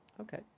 Okay